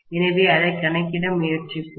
எனவே அதைக் கணக்கிட முயற்சிப்போம்